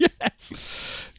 Yes